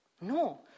No